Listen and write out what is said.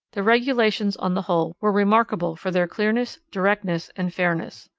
the regulations on the whole were remarkable for their clearness, directness, and fairness.